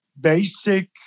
basic